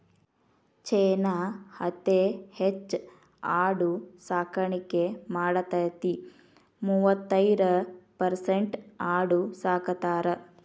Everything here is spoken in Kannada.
ಚೇನಾ ಅತೇ ಹೆಚ್ ಆಡು ಸಾಕಾಣಿಕೆ ಮಾಡತತಿ, ಮೂವತ್ತೈರ ಪರಸೆಂಟ್ ಆಡು ಸಾಕತಾರ